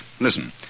Listen